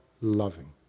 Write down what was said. loving